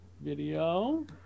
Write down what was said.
Video